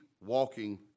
walking